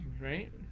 right